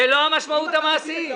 זאת לא המשמעות המעשית.